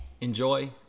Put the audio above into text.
Enjoy